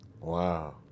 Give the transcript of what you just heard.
Wow